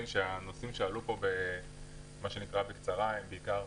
הנושאים שעלו פה בקצרה מתייחסים לעיקר